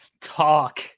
talk